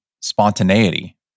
spontaneity